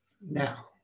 Now